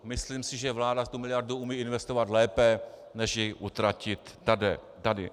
Myslím si, že vláda tu miliardu umí investovat lépe než ji utratit tady.